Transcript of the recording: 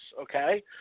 Okay